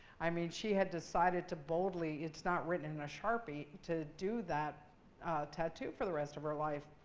i mean she had decided to boldly it's not written in a sharpie to do that tattoo for the rest of her life.